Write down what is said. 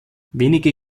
wenige